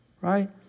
Right